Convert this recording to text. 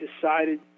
decided